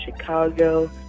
Chicago